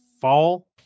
fall